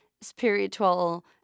spiritual